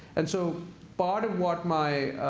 and so part of what my